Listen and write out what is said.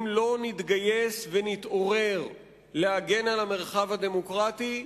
אם לא נתגייס ונתעורר להגן על המרחב הדמוקרטי,